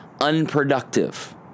unproductive